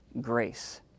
grace